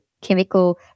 chemical